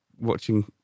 watching